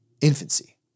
infancy